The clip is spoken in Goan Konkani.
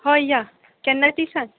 हय या केन्ना ती सांग